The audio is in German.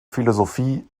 philosophie